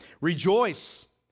Rejoice